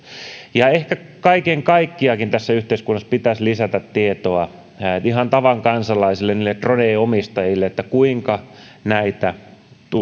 ja ehkä kaiken kaikkiaankin tässä yhteiskunnassa pitäisi lisätä tietoa ihan tavan kansalaisille niille dronejen omistajille siitä kuinka näitä